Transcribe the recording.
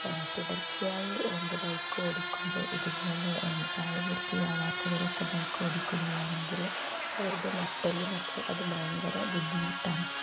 തുടർച്ചയായി എന്താ ബൈക്ക് ഓടിക്കുമ്പോൾ ഇതുപോലെ പ്രായപൂർത്തിയാവാത്തവരൊക്കെ ബൈക്ക് ഓടിക്കുകയാണെങ്കിൽ അവരുടെ നട്ടെല്ലിനൊക്കെ അത് ഭയങ്കര ബുദ്ധിമുട്ടാണ്